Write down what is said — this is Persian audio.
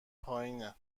پایینه